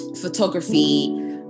photography